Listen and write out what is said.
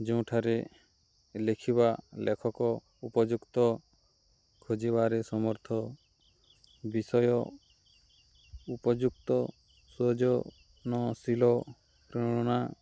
ଯେଉଁଠାରେ ଲେଖିବା ଲେଖକ ଉପଯୁକ୍ତ ଖୋଜିବାରେ ସମର୍ଥ ବିଷୟ ଉପଯୁକ୍ତ ସଜନଶୀଳ ପ୍ରେରଣା